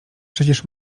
przecież